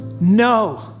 No